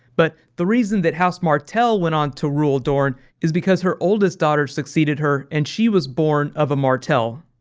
but the reason that house martell went on to rule dorne is because her oldest daughter succeded her, and she was born of a martell.